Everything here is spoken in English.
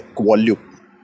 volume